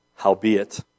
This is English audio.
Howbeit